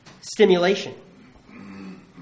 stimulation